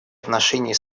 отношения